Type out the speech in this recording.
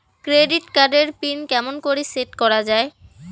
Credit card এর PIN কেমন করি সেট করা য়ায়?